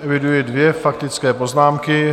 Eviduji dvě faktické poznámky.